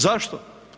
Zašto?